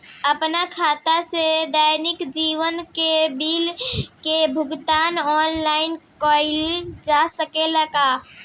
आपन खाता से दैनिक जीवन के बिल के भुगतान आनलाइन कइल जा सकेला का?